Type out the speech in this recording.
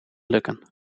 lukken